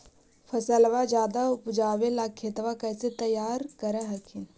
फसलबा ज्यादा उपजाबे ला खेतबा कैसे तैयार कर हखिन?